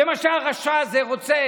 זה מה שהרשע הזה רוצה,